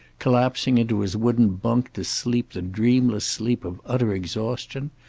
collapsing into his wooden bunk to sleep the dreamless sleep of utter exhaustion.